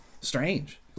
Strange